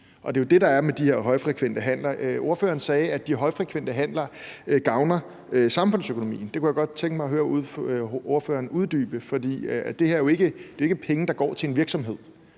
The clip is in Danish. Det er jo det, der er tilfældet med de her højfrekvente handler. Ordføreren sagde, at de højfrekvente handler gavner samfundsøkonomien. Det kunne jeg godt tænke mig at høre ordføreren uddybe. For det her er jo ikke penge, der går til en virksomhed.